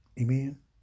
Amen